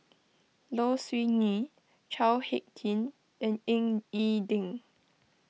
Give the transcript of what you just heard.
Low Siew Nghee Chao Hick Tin and Ying E Ding